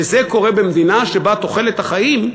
וזה קורה במדינה שבה תוחלת החיים,